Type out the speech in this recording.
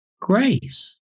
grace